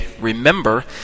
Remember